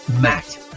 Matt